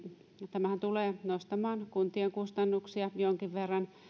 tämähän tulee nostamaan kuntien kustannuksia jonkin verran